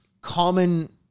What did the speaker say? Common